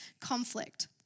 conflict